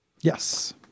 yes